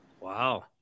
Wow